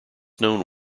known